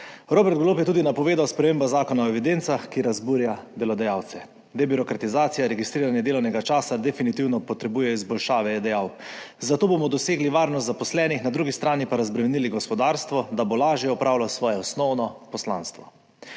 Robert Golob je tudi napovedal spremembo zakona o evidencah, ki razburja delodajalce. »Debirokratizacija registriranja delovnega časa definitivno potrebuje izboljšave,« je dejal, »zato bomo dosegli varnost zaposlenih, na drugi strani pa razbremenili gospodarstvo, da bo lažje opravljalo svoje osnovno poslanstvo.«